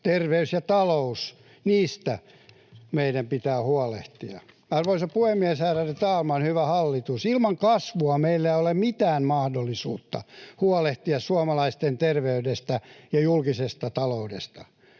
terveydestä ja taloudesta meidän pitää huolehtia. Arvoisa puhemies, ärade talman! Hyvä hallitus, ilman kasvua meillä ei ole mitään mahdollisuutta huolehtia suomalaisten terveydestä ja julkisesta taloudesta.